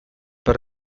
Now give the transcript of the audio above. per